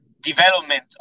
development